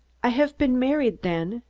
i have been married, then?